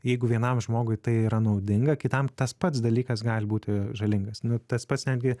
jeigu vienam žmogui tai yra naudinga kitam tas pats dalykas gali būti žalingas nu tas pats netgi